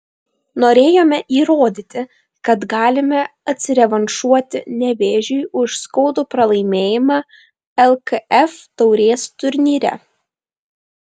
norėjome įrodyti kad galime atsirevanšuoti nevėžiui už skaudų pralaimėjimą lkf taurės turnyre